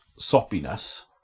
soppiness